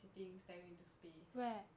sitting staring into space